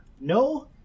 No